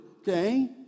Okay